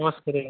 ନମସ୍କାର ଆଜ୍ଞା